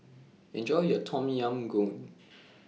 Enjoy your Tom Yam Goong